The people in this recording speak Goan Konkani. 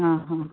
आं हां